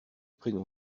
prénom